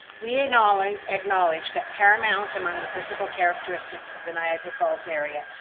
we acknowledge acknowledge that paramount among the physical characteristics of the niagara falls area,